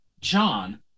John